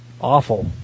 awful